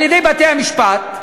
על-ידי בתי-המשפט,